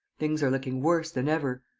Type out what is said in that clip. things are looking worse than ever.